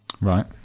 Right